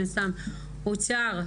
אוצר,